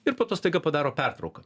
ir po to staiga padaro pertrauką